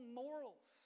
morals